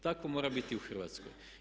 Tako mora biti i u Hrvatskoj.